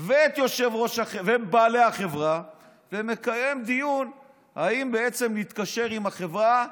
ואת בעלי החברה ומקיים דיון אם בעצם להתקשר עם החברה,